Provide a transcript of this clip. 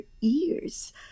ears